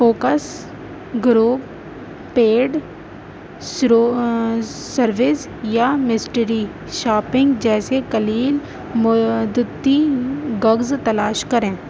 focus group paid service یا mystery shopping جیسے قلیل مدتی بگز تلاش کریں